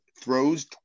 throws